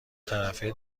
طرفه